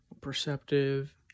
perceptive